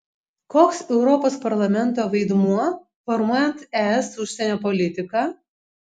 koks europos parlamento vaidmuo formuojant es užsienio politiką